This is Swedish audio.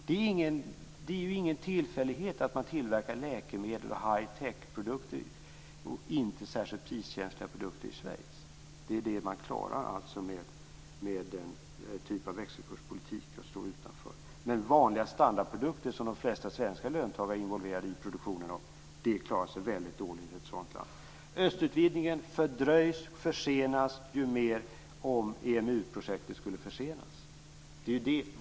Det är ingen tillfällighet att man tillverkar läkemedel, high-techprodukter och andra inte särskilt priskänsliga produkter i Schweiz. Det klarar man med den typen av växelkurspolitik, dvs. att man står utanför. Men vanliga standardprodukter, som de flesta svenska löntagare är involverade i produktionen av, klarar sig väldigt dåligt i ett sådant land. Östutvidgningen fördröjs och försenas mer om EMU-projektet skulle försenas.